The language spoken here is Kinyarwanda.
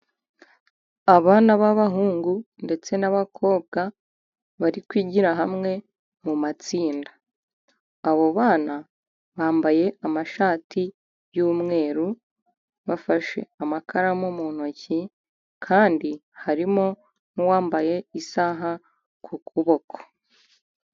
Abana b'abahungu ndetse n'abakobwa bari kwigira hamwe mu matsinda, abo bana bambaye amashati y'umweru, bafashe amakaramu mu ntoki, kandi harimo n'uwambaye isaha ku kuboko.